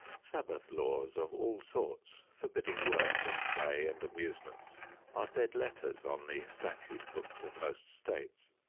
sabbath laws of all sorts forbidding work and play and amusements are dead letters on the statute books of most states,